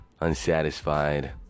unsatisfied